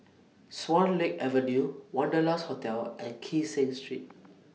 Swan Lake Avenue Wanderlust Hotel and Kee Seng Street